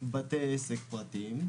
לבתי עסק פרטיים,